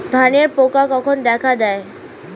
ধানের পোকা কখন দেখা দেয়?